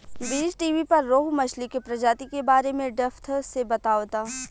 बीज़टीवी पर रोहु मछली के प्रजाति के बारे में डेप्थ से बतावता